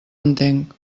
entenc